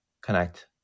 connect